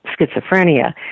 schizophrenia